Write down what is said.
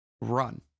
run